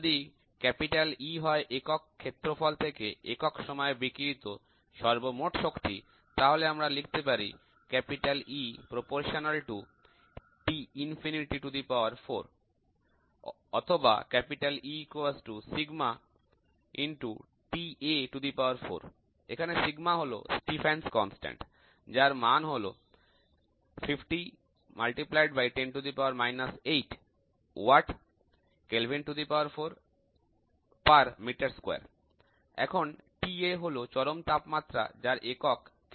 যদি E হয় একক ক্ষেত্রফল থেকে একক সময়ে বিকিরিত সর্বমোট শক্তি তাহলে আমরা লিখতে পারি or এখানে σ হল Stefan's constant যার মান হল 50 x 10 8 W K4m2 এবং Ta হল চরম তাপমাত্রা যার একক K